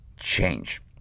Change